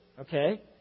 Okay